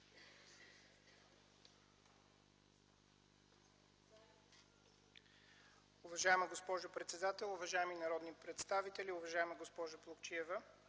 Уважаема госпожо председател, уважаеми народни представители, уважаема госпожо Плугчиева!